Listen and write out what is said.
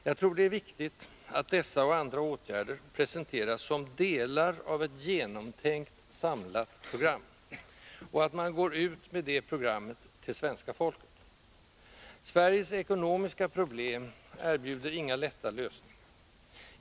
Jag tror att det är viktigt att dessa och andra åtgärder presenteras som delar av ett genomtänkt, samlat program och att man går ut med det programmet till svenska folket. Sveriges ekonomiska problem erbjuder inga lätta lösningar.